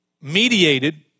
mediated